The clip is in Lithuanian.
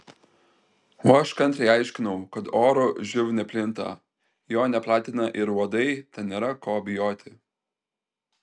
o aš kantriai aiškinau kad oru živ neplinta jo neplatina ir uodai tad nėra ko bijoti